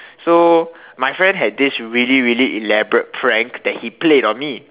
so my friend had this really really elaborate prank that he played on me